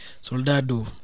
Soldado